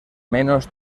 menos